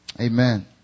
Amen